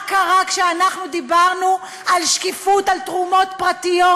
מה קרה כשאנחנו דיברנו על שקיפות של תרומות פרטיות,